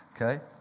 okay